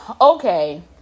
Okay